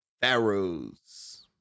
Pharaohs